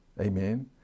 Amen